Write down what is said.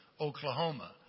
Oklahoma